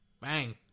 bang